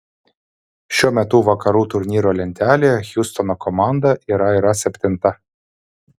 šiuo metu vakarų turnyro lentelėje hjustono komanda yra yra septinta